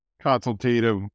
Consultative